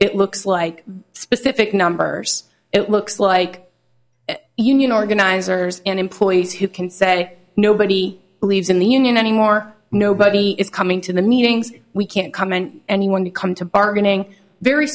it looks like specific numbers it looks like union organizers and employees who can say nobody believes in the union anymore nobody is coming to the meetings we can't comment anyone to come to bargaining very